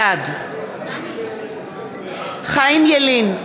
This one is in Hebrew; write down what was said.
בעד חיים ילין,